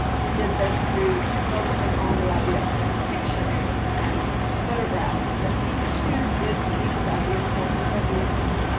he did this through focusing on the idea of picturing and photographs, but he too did speak about the importance of music,